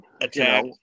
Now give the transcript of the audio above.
attack